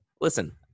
listen